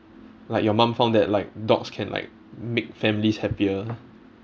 like your mum found that like dogs can like make families happier